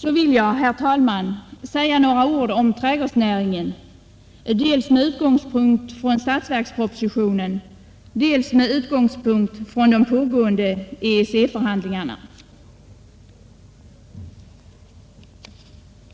Så vill jag, herr talman, säga några ord om trädgårdsnäringen med utgångspunkt i dels statsverkspropositionen, dels de pågående EEC-förhandlingarna.